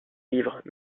livres